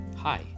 Hi